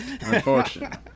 Unfortunately